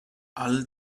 all